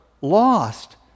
lost